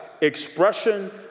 expression